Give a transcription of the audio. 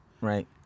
Right